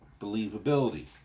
believability